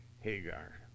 Hagar